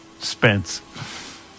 Spence